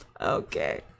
Okay